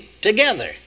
together